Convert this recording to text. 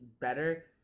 better